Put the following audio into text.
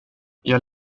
jag